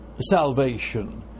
salvation